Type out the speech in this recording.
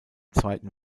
zweiten